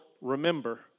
remember